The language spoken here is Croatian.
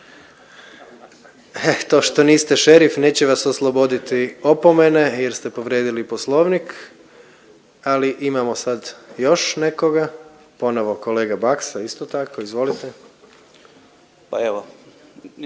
To što niste šerif neće vas osloboditi opomene jer ste povrijedili Poslovnik. Ali imamo sad još nekoga, ponovo kolega Baksa, isto tako. Izvolite.